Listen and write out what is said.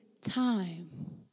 time